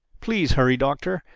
please hurry, doctor.